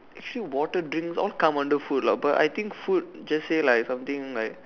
actually water drinks all come under food lah but I think food just say like something like